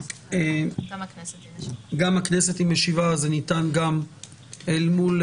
דאגה, יש לי תחושה שניפגש גם שבוע הבא בסוגיות